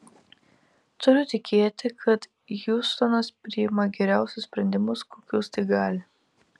turiu tikėti kad hiustonas priima geriausius sprendimus kokius tik gali